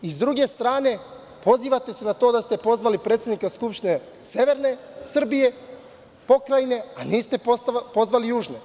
S druge strane, pozivate se na to da ste pozvali predsednika skupštine severne Srbije, pokrajine, a niste pozvali južne.